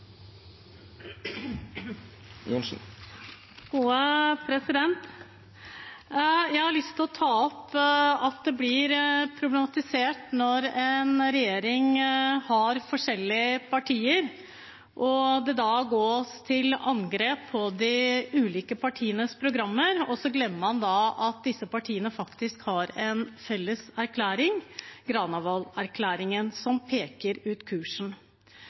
Jeg har lyst til å ta opp at det blir problematisert at en regjering består av forskjellige partier. Det gås til angrep på de ulike partienes programmer, og så glemmer man at disse partiene faktisk har en felles erklæring, Granavolden-erklæringen, som peker ut kursen.